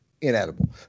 inedible